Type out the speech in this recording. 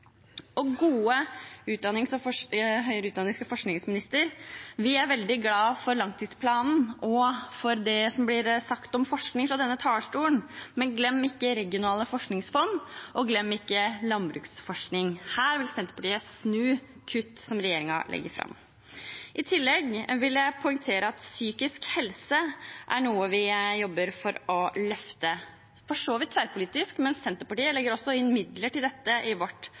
veien. Gode høyere utdannings- og forskningsminister, vi er veldig glade for langtidsplanen og for det som blir sagt om forskning fra denne talerstolen, men glem ikke regionale forskningsfond, og glem ikke landbruksforskning. Her vil Senterpartiet snu kutt som regjeringen legger fram. I tillegg vil jeg poengtere at psykisk helse er noe vi jobber for å løfte, for så vidt tverrpolitisk, men Senterpartiet legger også inn midler til dette i